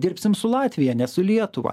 dirbsim su latvija ne su lietuva